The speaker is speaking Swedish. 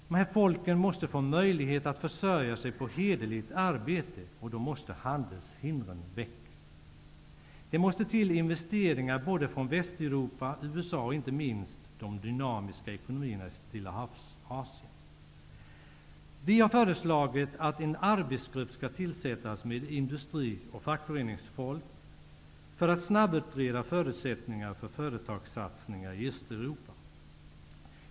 Dessa folk måste få möjlighet att försörja sig på hederligt arbete, och då måste handelshindren väck. Det måste till investeringar från Västeuropa, USA och inte minst från de dynamiska ekonomierna i Stillahavsasien. Vi har föreslagit att en arbetsgrupp skall tillsättas med industri och fackföreningsfolk för att snabbutreda förutsättningarna för företagssatsningar i Östeuropa.